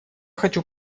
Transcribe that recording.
хочу